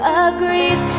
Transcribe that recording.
agrees